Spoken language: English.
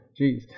Jeez